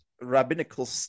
rabbinical